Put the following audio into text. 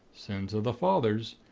sins of the fathers.